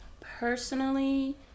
personally